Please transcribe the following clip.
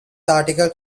articled